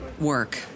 work